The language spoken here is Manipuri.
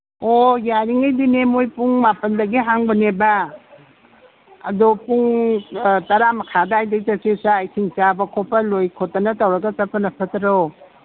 ꯑꯣ ꯌꯥꯔꯤꯉꯩꯗꯤꯅꯦ ꯃꯣꯏ ꯄꯨꯡ ꯃꯥꯄꯟꯗꯒꯤ ꯍꯥꯡꯕꯅꯦꯕ ꯑꯗꯣ ꯄꯨꯡ ꯇꯔꯥꯃꯈꯥꯏ ꯑꯗꯥꯏꯗꯒꯤ ꯆꯠꯁꯦ ꯆꯥꯛ ꯏꯁꯤꯡ ꯆꯥꯕ ꯈꯣꯠꯄ ꯂꯣꯏ ꯈꯣꯠꯇꯅ ꯇꯧꯔꯒ ꯆꯠꯄꯅ ꯐꯠꯇꯔꯣ